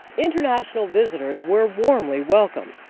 international visitors were warmly welcomed,